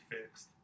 fixed